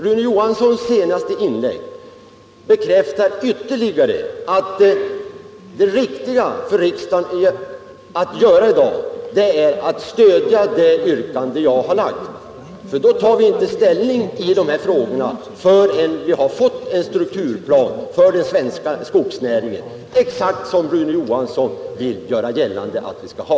Rune Johanssons senaste inlägg bekräftar ytterligare att det riktiga för riksdagen i dag är att stödja det yrkande jag har framställt, för då tar vi inte ställning i denna fråga förrän vi har fått en strukturplan för den svenska skogsnäringen, som Rune Johansson vill göra gällande att vi skall ha.